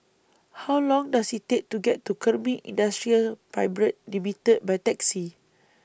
How Long Does IT Take to get to Kemin Industries Private Limited By Taxi